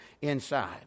inside